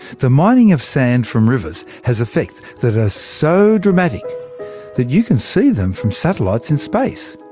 the mining of sand from rivers has effects that are so dramatic that you can see them from satellites in space.